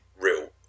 real